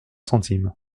centimes